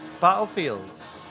battlefields